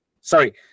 sorry